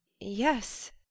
Yes